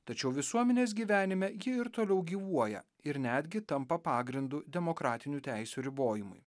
tačiau visuomenės gyvenime ji ir toliau gyvuoja ir netgi tampa pagrindu demokratinių teisių ribojimui